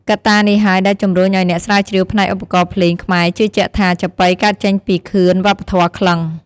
កត្តានេះហើយដែលជំរុញឲ្យអ្នកស្រាវជ្រាវផ្នែកឧបករណ៍ភ្លេងខ្មែរជឿជាក់ថា ចាប៉ីកើតចេញពីខឿនវប្បធម៌ក្លិង្គ។